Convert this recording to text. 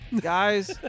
guys